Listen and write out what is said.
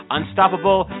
Unstoppable